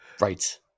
right